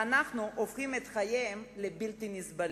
ואנחנו הופכים את חייהם לבלתי-נסבלים.